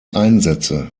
einsätze